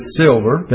silver